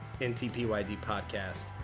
ntpydpodcast